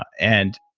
and